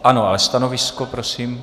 Ano, ale stanovisko, prosím.